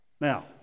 Now